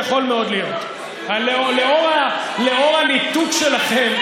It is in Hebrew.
יכול מאוד להיות, לאור הניתוק שלכם.